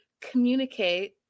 communicate